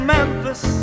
Memphis